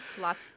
lots